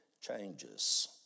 changes